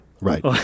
Right